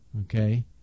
Okay